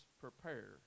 prepare